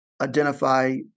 identify